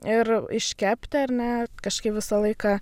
ir iškepti ar ne kažkaip visą laiką